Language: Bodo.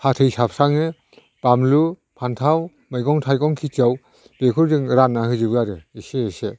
फाथै साबस्राङो बानलु फान्थाव मैगं थाइगं खिथियाव बेखौ जों रानना होजोबो आरो एसे एसे